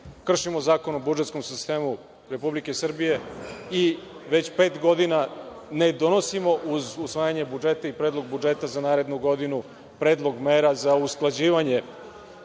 kršimo Zakon o budžetskom sistemu Republike Srbije i već pet godina ne donosimo uz usvajanje budžeta i predlog budžeta za narednu godinu, predlog mera za usklađivanje